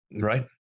Right